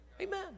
Amen